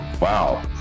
Wow